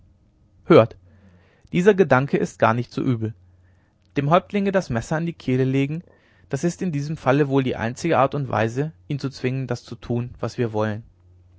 hört dieser gedanke ist gar nicht so übel dem häuptlinge das messer an die kehle legen das ist in diesem falle wohl die einzige art und weise ihn zu zwingen das zu tun was wir wollen